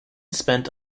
spent